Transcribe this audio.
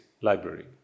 library